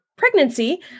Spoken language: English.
Pregnancy